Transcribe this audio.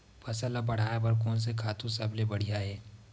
फसल ला बढ़ाए बर कोन से खातु सबले बढ़िया हे?